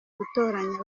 gutoranya